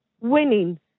winning